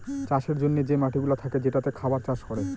চাষের জন্যে যে মাটিগুলা থাকে যেটাতে খাবার চাষ করে